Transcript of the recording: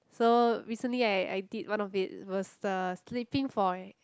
so recently I I did one of it was the sleeping for